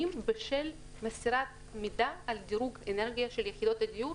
בשל מסירת מידע על דירוג אנרגיה של יחידות הדיור,